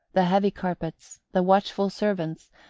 the heavy carpets, the watchful servants,